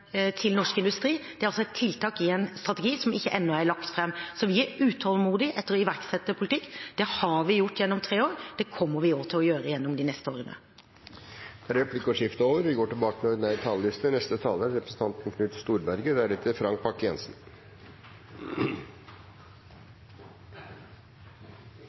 til norsk industri, et tiltak i en strategi som ennå ikke er lagt fram. Vi er utålmodige etter å iverksette politikk. Det har vi gjort i tre år, og det kommer vi også til å gjøre i de neste årene. Replikkordskiftet er over. Vi er godt på vei mot nytt valg i Norge, og vi har tre år bak oss. For noen av oss er det faktisk den